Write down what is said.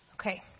Okay